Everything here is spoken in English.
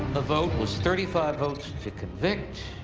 vote was thirty five votes to convict,